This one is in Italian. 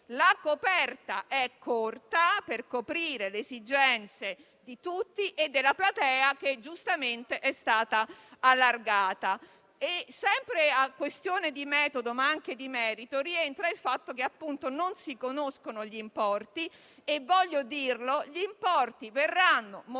La coperta è corta per coprire le esigenze di tutti e della platea che giustamente è stata allargata. Sempre nelle questioni di metodo, ma anche di merito, rientra il fatto che non si conoscono gli importi che - voglio dirlo - verranno modulati